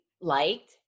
liked